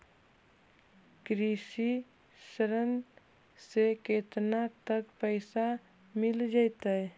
कृषि ऋण से केतना तक पैसा मिल जइतै?